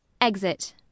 Exit